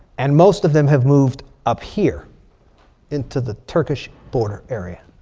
and most of them have moved up here into the turkish border area.